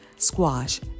squash